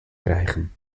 krijgen